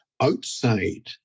outside